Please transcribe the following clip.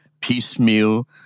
piecemeal